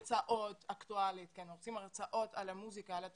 נותנים הרצאות על המוסיקה, על התרבות.